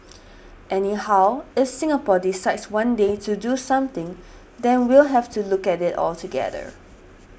anyhow if Singapore decides one day to do something then we'll have to look at it altogether